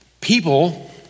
People